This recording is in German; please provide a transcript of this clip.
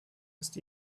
ist